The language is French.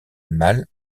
mal